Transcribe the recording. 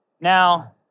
Now